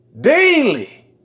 Daily